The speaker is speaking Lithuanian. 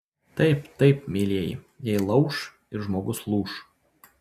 taip taip mielieji jei lauš ir žmogus lūš